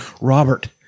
Robert